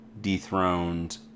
dethroned